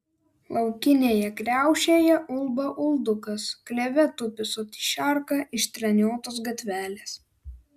laukinėje kriaušėje ulba uldukas kleve tupi soti šarka iš treniotos gatvelės